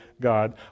God